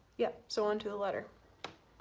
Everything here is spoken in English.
yeah so on to the letter.